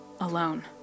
alone